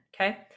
okay